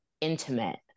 intimate